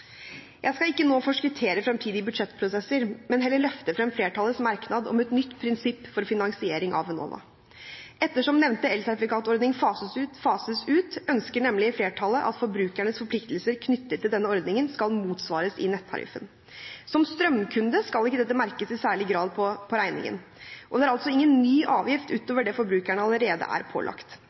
Jeg skal ikke nå forskuttere fremtidige budsjettprosesser, men heller løfte frem flertallets merknad om et nytt prinsipp for finansiering av Enova. Ettersom nevnte elsertifikatordning fases ut, ønsker nemlig flertallet at forbrukernes forpliktelser knyttet til denne ordningen skal motsvares i nettariffen. Som strømkunde skal ikke dette merkes i særlig grad på regningen, og det er altså ingen ny avgift utover det forbrukerne allerede er pålagt.